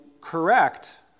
correct